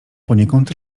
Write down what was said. poniekąd